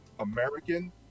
American